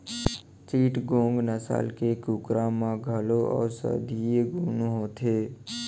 चिटगोंग नसल के कुकरा म घलौ औसधीय गुन होथे